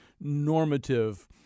normative